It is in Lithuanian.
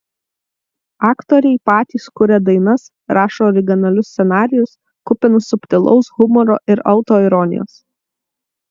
aktoriai patys kuria dainas rašo originalius scenarijus kupinus subtilaus humoro ir autoironijos